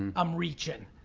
and i'm reachin'.